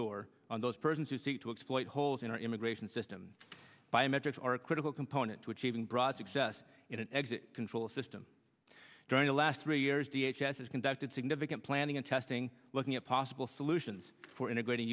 door on those persons who seek to exploit holes in our immigration system biometrics are a critical component to achieving broad success in an exit control system during the last three years d h s s conducted significant planning and testing looking at possible solutions for integrating